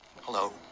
Hello